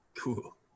Cool